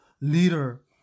leader